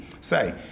say